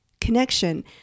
connection